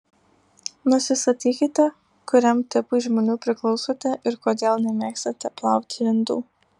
nusistatykite kuriam tipui žmonių priklausote ir kodėl nemėgstate plauti indų